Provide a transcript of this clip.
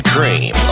Cream